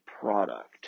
product